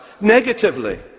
negatively